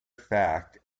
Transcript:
fact